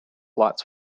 lights